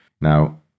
Now